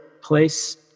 place